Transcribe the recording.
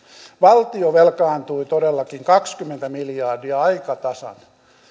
valtio velkaantui todellakin kaksikymmentä miljardia aika tasan